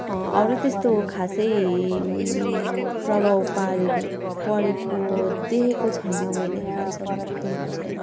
अरू त्यस्तो खासै प्रभाव पारेको परेको देखेको छैन मैले अहिलेसम्म देखेको छैन